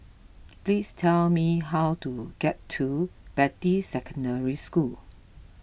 please tell me how to get to Beatty Secondary School